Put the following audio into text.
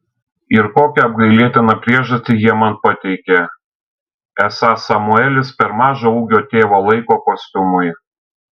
ir kokią apgailėtiną priežastį jie man pateikė esą samuelis per mažo ūgio tėvo laiko kostiumui